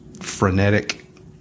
frenetic